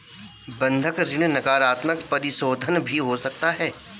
बंधक ऋण नकारात्मक परिशोधन भी हो सकता है